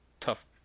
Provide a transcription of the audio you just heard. tough